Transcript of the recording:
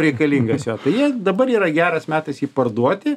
reikalingas jo tai jį dabar yra geras metas jį parduoti